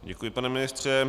Děkuji, pane ministře.